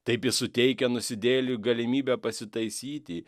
taip jis suteikia nusidėjėliui galimybę pasitaisyti